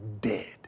dead